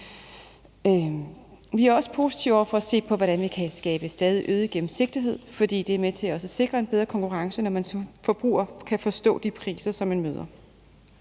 Vi er også positive over for se på, hvordan vi kan skabe stadig øget gennemsigtighed, for det er også med til at sikre en bedre konkurrence, når man som forbruger kan forstå de priser, som man møder.